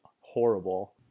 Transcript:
horrible